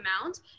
amount